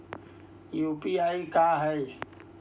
UPI का है?